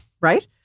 right